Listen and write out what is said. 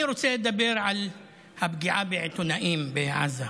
אני רוצה לדבר על הפגיעה בעיתונאים בעזה.